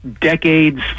decades